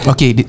Okay